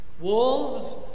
Wolves